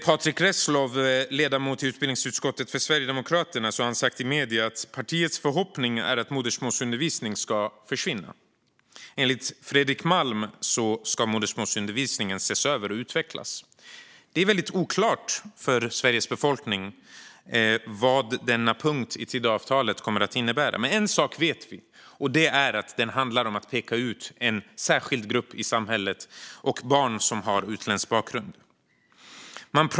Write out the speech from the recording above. Patrick Reslow, ledamot i utbildningsutskottet för Sverigedemokraterna, har sagt i medierna att partiets förhoppning är att modersmålsundervisningen ska försvinna. Enligt Fredrik Malm ska modersmålsundervisningen ses över och utvecklas. Det är väldigt oklart för Sveriges befolkning vad denna punkt i Tidöavtalet kommer att innebära. Men en sak vet vi, och det är att den handlar om att peka ut en särskild grupp i samhället och barn som har utländsk bakgrund.